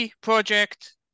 project